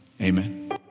amen